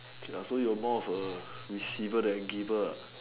okay lah so you are more of a receiver than giver